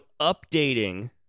updating